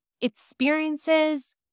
experiences